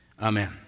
amen